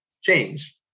change